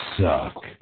suck